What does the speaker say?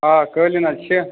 آ قٲلیٖن حظ چھِ